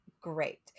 great